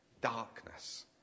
darkness